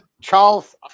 Charles